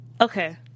okay